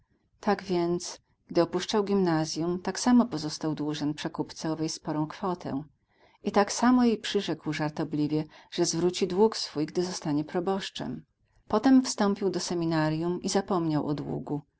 tak więc gdy opuszczał gimnazjum tak samo pozostał dłużen przekupce owej sporą kwotę i tak samo jej przyrzekł żartobliwie że zwróci dług swój gdy zostanie proboszczem potem wstąpił do seminarium i zapomniał o długu